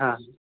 हां